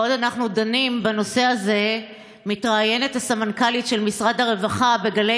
בעוד אנחנו דנים בנושא הזה מתראיינת הסמנכ"לית של משרד הרווחה בגלי